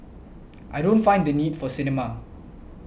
I don't find the need for a cinema